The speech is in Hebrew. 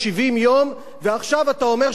ועכשיו אתה אומר שאתם צריכים להמשיך.